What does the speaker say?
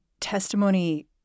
testimony